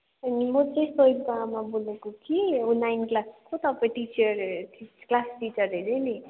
अनि म चाहिँ सोहितको आमा बोलेको कि ऊ नाइन क्लासको तपाईँ टिचर अरे क्लास टिचर अरे नि